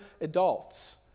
adults